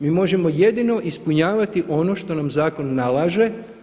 Mi možemo jedino ispunjavati ono što nam zakon nalaže.